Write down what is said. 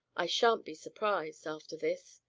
i shan't be surprised, after this.